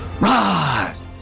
rise